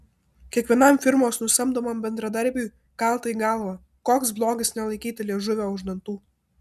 kiekvienam firmos nusamdomam bendradarbiui kalta į galvą koks blogis nelaikyti liežuvio už dantų